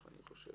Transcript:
כך אני חושב.